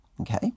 okay